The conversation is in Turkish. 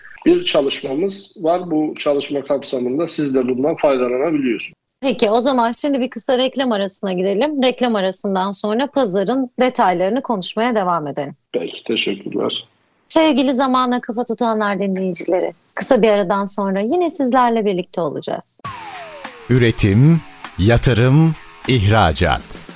bir çalışmamız var. Bu çalışma kapsamında siz de bundan faydalanabiliyorsunuz. Peki, o zaman şimdi bir kısa reklam arasına gidelim. Reklam arasından sonra pazarın detaylarını konuşmaya devam edelim. Peki, teşekkürler. Sevgili Zamana Kafa Tutanlar dinleyicileri, kısa bir aradan sonra yine sizlerle birlikte olacağız. Üretim, yatırım, ihracat.